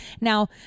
Now